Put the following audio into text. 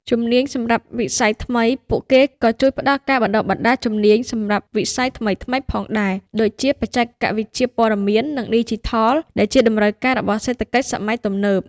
ជំនាញសម្រាប់វិស័យថ្មី ពួកគេក៏ជួយផ្តល់ការបណ្តុះបណ្តាលជំនាញសម្រាប់វិស័យថ្មីៗផងដែរ ដូចជាបច្ចេកវិទ្យាព័ត៌មាន និងឌីជីថល ដែលជាតម្រូវការរបស់សេដ្ឋកិច្ចសម័យទំនើប។